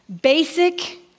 basic